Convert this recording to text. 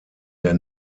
der